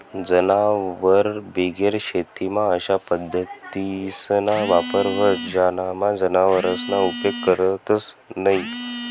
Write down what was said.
जनावरबिगेर शेतीमा अशा पद्धतीसना वापर व्हस ज्यानामा जनावरसना उपेग करतंस न्हयी